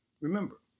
Remember